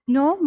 no